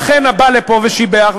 ואכן הוא בא לפה ושיבח.